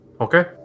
Okay